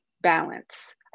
balance